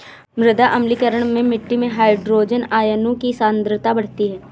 मृदा अम्लीकरण में मिट्टी में हाइड्रोजन आयनों की सांद्रता बढ़ती है